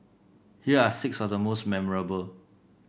here are six of the most memorable